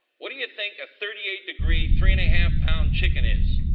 what do you think a thirty eight degree three and a half pound chicken is?